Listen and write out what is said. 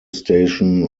station